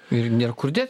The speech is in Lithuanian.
ir nėr kur dėt